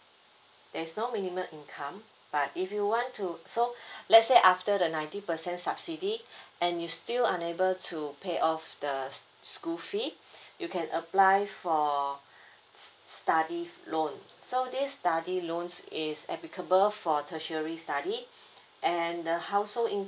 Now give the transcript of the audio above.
there's no minimum income but if you want to so let's say after the ninety percent subsidy and you still unable to pay off the s~ school fee you can apply for st~ study loan so this study loans is applicable for tertiary study and the household